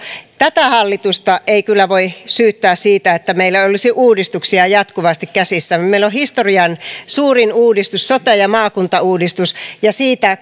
tätä hallitusta ei kyllä voi syyttää siitä että meillä ei olisi uudistuksia jatkuvasti käsissä meillä on historian suurin uudistus sote ja maakuntauudistus ja siitä